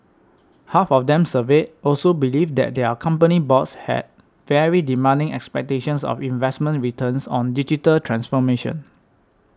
half of them surveyed also believed that their company boards had very demanding expectations of investment returns on digital transformation